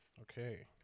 Okay